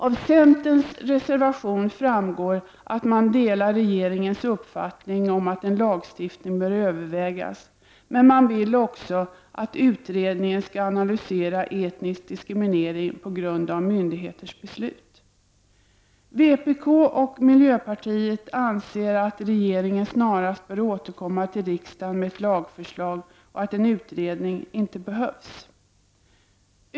Av centerns reservation framgår att man delar regeringens uppfattning om att en lagstiftning bör övervägas, men centern vill också att utredningen skall analysera etnisk diskriminering på grund av myndigheters beslut. Vpk och miljöpartiet anser att regeringen snarast bör återkomma till riksdagen med ett lagförslag och att en utredning inte behövs.